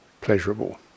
pleasurable